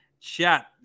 Chat